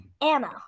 Anna